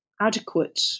adequate